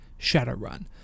Shadowrun